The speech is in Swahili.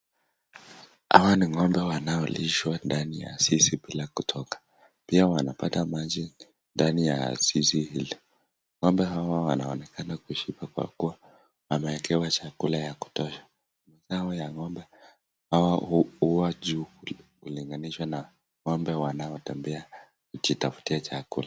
Hawa ni ng'ombe wanaolishwa ndani ya zizi bila kutoka pia wanapata maji ndani ya zizi hili. Ng'ombe hawa wanaonekana kushiba kwa kuwa wamewekewa chakula ya kutosha . Dawa ya ng'ombe hawa huwa juu kulinganishwa na ng'ombe wanaotembea kujitafutia chakula.